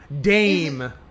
Dame